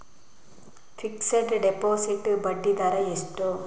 Fixed deposit ಬಡ್ಡಿ ದರ ಎಷ್ಟು?